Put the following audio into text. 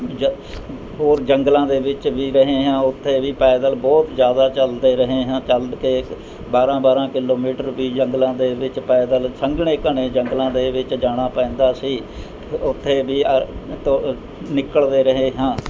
ਜ ਹੋਰ ਜੰਗਲਾਂ ਦੇ ਵਿੱਚ ਵੀ ਰਹੇ ਹਾਂ ਉੱਥੇ ਵੀ ਪੈਦਲ ਬਹੁਤ ਜ਼ਿਆਦਾ ਚਲਦੇ ਰਹੇ ਹਾਂ ਚਲਕੇ ਬਾਰ੍ਹਾਂ ਬਾਰ੍ਹਾਂ ਕਿਲੋਮੀਟਰ ਵੀ ਜੰਗਲਾਂ ਦੇ ਵਿੱਚ ਪੈਦਲ ਸੰਘਣੇ ਘਣੇ ਜੰਗਲਾਂ ਦੇ ਵਿੱਚ ਜਾਣਾ ਪੈਂਦਾ ਸੀ ਉੱਥੇ ਵੀ ਨਿਕਲਦੇ ਰਹੇ ਹਾਂ